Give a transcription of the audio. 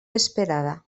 esperada